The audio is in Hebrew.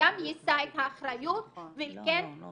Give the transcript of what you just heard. גם יישא את האחריות ועל כן